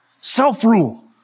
self-rule